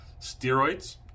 Steroids